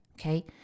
okay